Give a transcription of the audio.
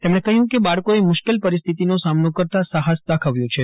તેમણે કહયુ કે બાળકોએ મુશ્કેલ પરિસ્થિતિનો સાયનો કરતાં સાહસ દાષવ્યું છે